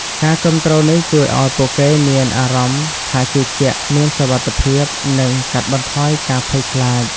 ការគាំទ្រនេះជួយឱ្យពួកគេមានអារម្មណ៍ថាជឿជាក់ មានសុវត្តិភាព និងកាត់បន្ថយការភ័យខ្លាច ។